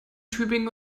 tübingen